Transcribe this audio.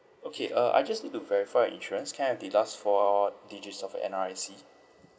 okay uh I just need to verify your insurance can I have the last four digits of your N_R_I_C